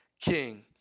king